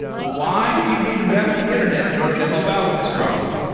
why do you need to map the internet in order to help out with this problem?